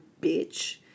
bitch